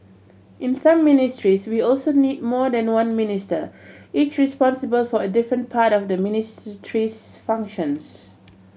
in some ministries we also need more than one Minister each responsible for a different part of the ministry's functions